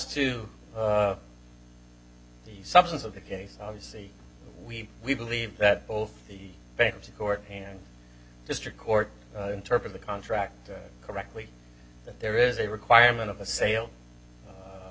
to the substance of the case obviously we we believe that both the bankruptcy court and district court interpret the contract correctly that there is a requirement of a sale